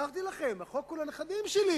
הזכרתי לכם, החוק הוא לנכדים שלי.